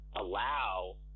allow